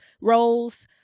roles